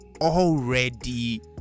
already